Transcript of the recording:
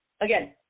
Again